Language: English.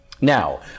Now